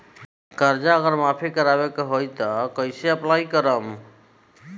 कर्जा अगर माफी करवावे के होई तब कैसे अप्लाई करम?